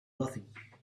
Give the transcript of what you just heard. nothing